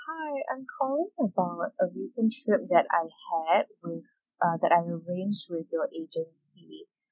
hi I'm calling about a recent trip that I had with uh that I arranged with your agency